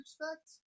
expect